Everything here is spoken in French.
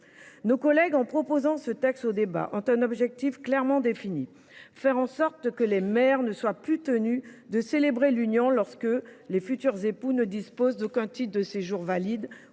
Nos collègues qui défendent cette proposition de loi ont un objectif clairement défini : faire en sorte que les maires ne soient plus tenus de célébrer l’union lorsque l’un des futurs époux ne dispose d’aucun titre de séjour valide